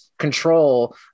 control